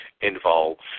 involves